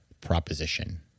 proposition